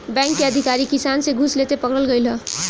bank के अधिकारी किसान से घूस लेते पकड़ल गइल ह